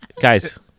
guys